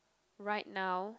right now